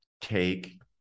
take